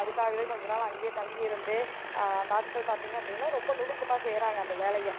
அதுக்காகவே கொஞ்ச நாள் அங்கே தங்கியிருந்து அந்த ஆட்கள் பார்த்திங்க அப்படினா ரொம்ப நுணுக்கமாக செய்கிறாங்க அந்த வேலையை